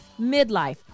midlife